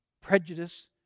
prejudice